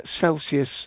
Celsius